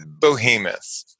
bohemus